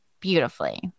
beautifully